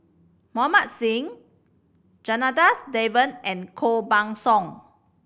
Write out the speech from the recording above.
Mohan Singh Janadas Devan and Koh Buck Song